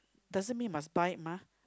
doesn't mean must buy it mah